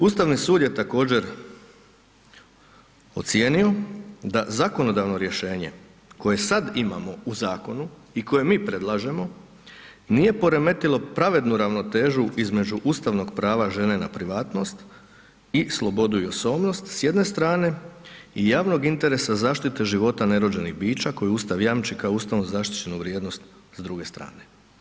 Ustavni sud je također ocijenio da zakonodavno rješenje koje sad imamo u zakonu i koje mi predlažemo nije poremetilo pravednu ravnotežu između ustavnog prava žene na privatnost i slobodu i osobnost s jedne strane i javnog interesa zaštite života nerođenih bića koje Ustav jamči kao ustavno zaštićenu vrijednost s druge strane.